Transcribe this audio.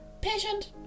Patient